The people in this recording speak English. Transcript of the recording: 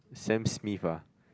Sam-Smith ah